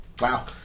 Wow